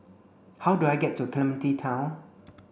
how do I get to Clementi Town